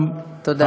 תודה.